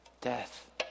death